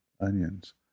onions